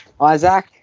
Isaac